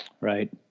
Right